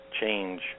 change